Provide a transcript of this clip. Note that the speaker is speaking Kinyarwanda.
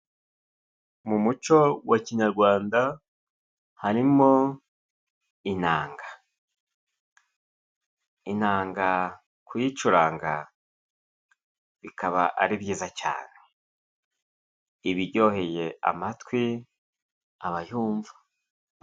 Mu muco wa kinyarwanda harimo inanga, inanga kuyicuranga bikaba ari byiza cyane, iba ijyoheye amatwi abayumva.